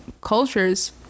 cultures